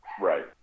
Right